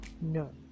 no